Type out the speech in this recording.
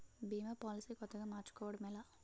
భీమా policy కొత్తగా మార్చుకోవడం ఎలా?